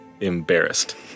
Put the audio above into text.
Embarrassed